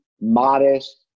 modest